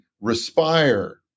respire